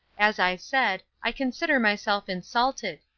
as i said, i consider myself insulted.